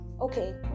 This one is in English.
okay